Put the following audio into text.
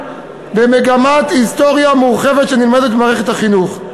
במגמת היסטוריה מורחבת שנלמדת במערכת החינוך.